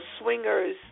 swingers